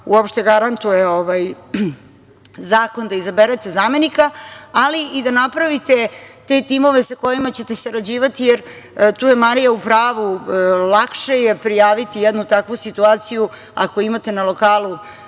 uopšte garantuje ovaj zakon, da izaberete zamenika, ali i da napravite te timove sa kojima ćete sarađivati. Tu je Marija u pravu, lakše je prijaviti jednu takvu situaciju ako imate na lokalu